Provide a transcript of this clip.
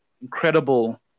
incredible